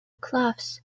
cloths